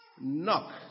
Knock